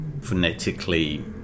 phonetically